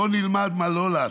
בוא נלמד מה לא לעשות.